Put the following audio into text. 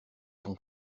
ton